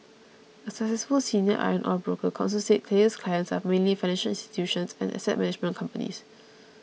a successful senior iron ore broker counsel said Taylor's clients are mainly financial institutions and asset management companies